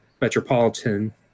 Metropolitan